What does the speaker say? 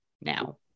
now